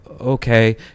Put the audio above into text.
okay